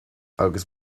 agus